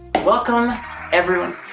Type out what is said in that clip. welcome everyone,